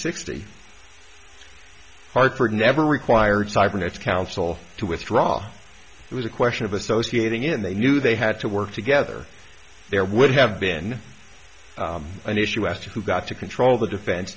sixty hartford never required cybernetic council to withdraw it was a question of associating in they knew they had to work together there would have been an issue as to who got to control the defense